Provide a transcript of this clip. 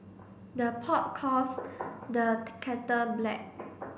the pot calls the kettle black